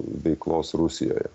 veiklos rusijoje